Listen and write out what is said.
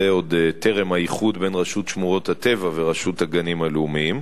זה עוד טרם האיחוד בין רשות שמורות הטבע והגנים הלאומיים,